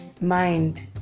mind